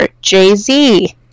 Jay-Z